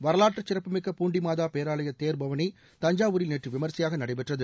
வரலாற்று சிறப்புமிக்க பூண்டி மாதா பேராலய தேர் பவனி தஞ்சாவூரில் நேற்று விமரிசையாக நடைபெற்றது